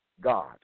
God